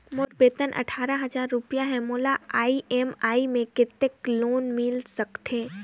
मोर वेतन अट्ठारह हजार रुपिया हे मोला ई.एम.आई मे कतेक लोन मिल सकथे?